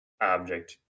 object